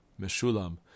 Meshulam